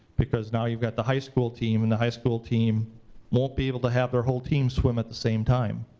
because now you've got the high school team, and the high school team won't be able to have their whole team swim at the same time.